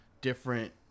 different